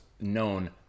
known